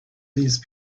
these